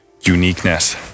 uniqueness